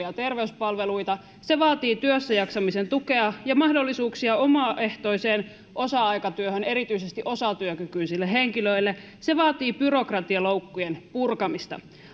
ja terveyspalveluita se vaatii työssäjaksamisen tukea ja mahdollisuuksia omaehtoiseen osa aikatyöhön erityisesti osatyökykyisille henkilöille se vaatii byrokratialoukkujen purkamista